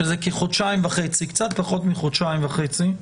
שזה כחודשיים וחצי, קצת פחות מחודשיים וחצי.